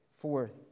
forth